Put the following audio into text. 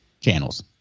channels